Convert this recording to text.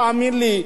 תאמין לי,